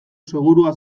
segurua